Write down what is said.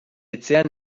etxean